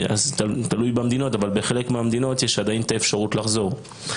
זה תלוי במדינות אבל בחלק מהמדינות יש עדיין את האפשרות לחזור,